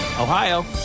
Ohio